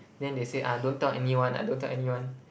then they said uh don't tell anyone ah don't tell anyone